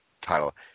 title